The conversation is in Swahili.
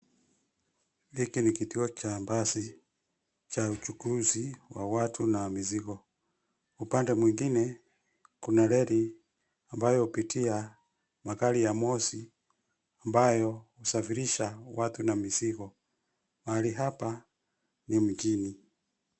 Hiki ni kituo cha basi cha uchukuzi wa watu na mizigo. Upande mwingine kuna reli ambayo hupitia magari ya moshi ambayo husafirisha watu na mizigo. Mahali hapa ni mjini.